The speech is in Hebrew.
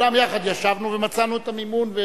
כולנו יחד ישבנו ומצאנו את המימון.